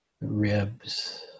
ribs